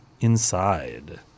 Inside